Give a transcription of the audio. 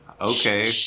Okay